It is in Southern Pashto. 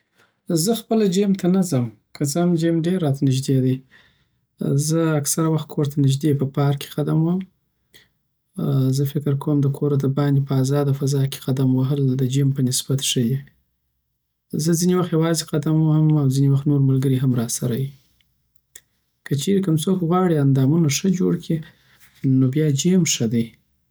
زه خپله جیم ته نه ځم که څه هم جیم ډیر راته نژدی دی زه اکثره وخت کورته نژدی په پارک کی قدم وهم زه فکر کوم له کوره دباندی په آزده فضاکی قدم وهل دجم په نسبت ښه دی زه ځنی وخت یوازی قدم وهم او ځینی وخت نور ملکری هم راسره وی کچیر کوم څوک غواړی اندامونه ښه جوړ کړی نو بیاجیم ښه دی